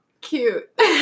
cute